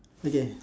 okay